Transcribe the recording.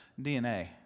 DNA